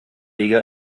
jäger